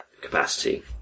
capacity